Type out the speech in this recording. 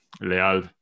Leal